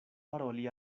paroli